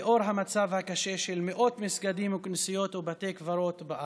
לנוכח המצב הקשה של מאות מסגדים וכנסיות ובתי קברות בארץ,